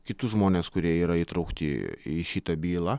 kitus žmones kurie yra įtraukti į šitą bylą